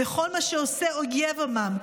וכל מה שעושה אויב עמם,